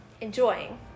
enjoying